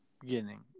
beginning